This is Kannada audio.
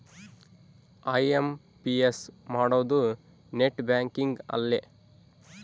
ಐ.ಎಮ್.ಪಿ.ಎಸ್ ಮಾಡೋದು ನೆಟ್ ಬ್ಯಾಂಕಿಂಗ್ ಅಲ್ಲೆ